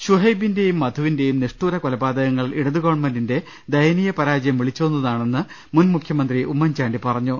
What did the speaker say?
ഷുഹൈബിന്റെയും മധുവിന്റെയും നിഷ്ഠുര കൊലപാ തകങ്ങൾ ഇടതു ഗവൺമെന്റിന്റെ ദയനീയ പരാജയം വിളി ച്ചോതുന്നതാണെന്ന് മുൻ മുഖ്യമന്ത്രി ഉമ്മൻചാണ്ടി പറഞ്ഞു